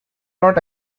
not